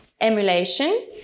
emulation